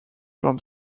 from